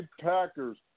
Packers